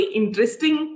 interesting